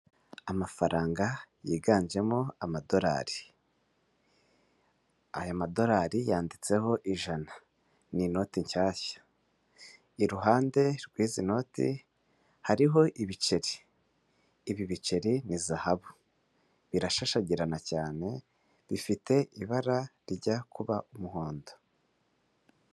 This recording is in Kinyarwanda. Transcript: Amafaranga yiganjemo amadorari, aya madorari yanditseho ijana, ni inote nshyashya, iruhande rw'izi note hariho ibiceri, ibi biceri ni zahabu birashashagirana cyane, bifite ibara rijya kuba umuhondo.